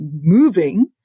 moving